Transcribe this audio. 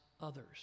others